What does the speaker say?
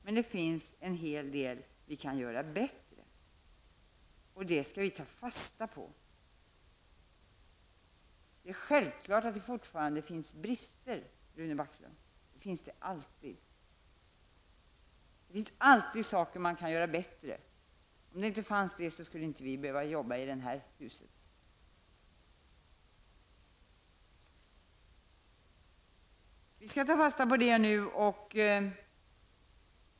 Men det finns en hel som kan göras bättre. Det skall vi ta fasta på. Självklart finns det fortfarande brister, Rune Backlund. Sådana finns alltid. Det finns alltid saker som kan göras bättre. Om så inte vore förhållandet, skulle vi inte behöva jobba i detta hus. Vi skall nu ta fasta på detta.